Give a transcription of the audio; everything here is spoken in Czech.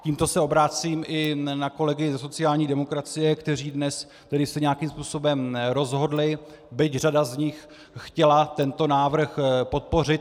Tímto se obracím i na kolegy ze sociální demokracie, kteří se dnes tedy nějakým způsobem rozhodli, byť řada z nich chtěla tento návrh podpořit.